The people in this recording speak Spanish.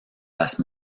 las